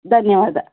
ಧನ್ಯವಾದ